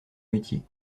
métier